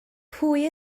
pwy